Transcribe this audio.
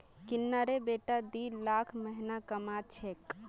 किरनेर बेटा दी लाख महीना कमा छेक